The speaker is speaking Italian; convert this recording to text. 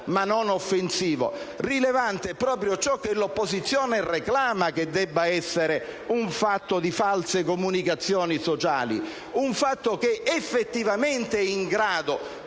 ma non offensivo. «Rilevante» è proprio ciò che l'opposizione reclama debba essere un fatto di false comunicazioni sociali, un fatto effettivamente e